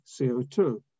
CO2